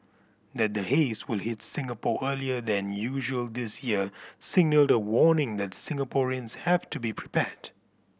that the haze will hit Singapore earlier than usual this year signalled the warning that Singaporeans have to be prepared